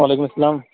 وعلیکُم اسلام